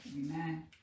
Amen